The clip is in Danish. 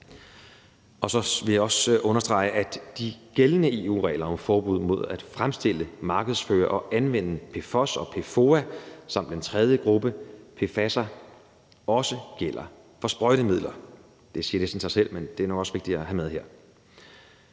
Så vil jeg også understrege, at de gældende EU-regler om forbud mod at fremstille, markedsføre og anvende PFOS og PFOA samt den tredje gruppe, nemlig PFAS, også gælder for sprøjtemidler. Det siger næsten sig selv, men det er nu også vigtigt at have med her.